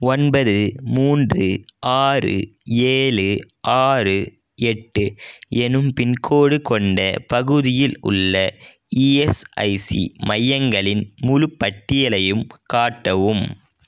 ஒன்பது மூன்று ஆறு ஏழு ஆறு எட்டு எனும் பின்கோடு கொண்ட பகுதியில் உள்ள இஎஸ்ஐசி மையங்களின் முழுப் பட்டியலையும் காட்டவும்